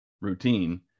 routine